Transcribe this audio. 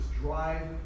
drive